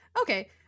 Okay